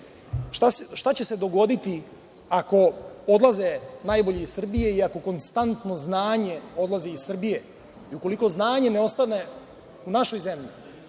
Šta će se dogoditi ako odlaze najbolji iz Srbije i ako konstantno znanje odlazi iz Srbije? Ukoliko znanje ne ostane u našoj zemlji,